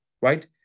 right